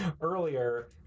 earlier